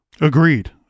Agreed